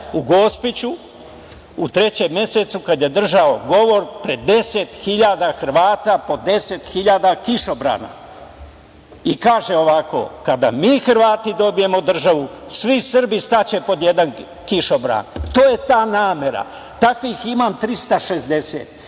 u Gospiću u trećem mesecu, kada je držao govor pred 10.000 Hrvata pod 10.000 kišobrana, kaže – kada mi Hrvati dobijemo državu svi Srbi staće pod jedan kišobran. To je ta namera. Takvih imam 360,